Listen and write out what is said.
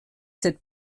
cette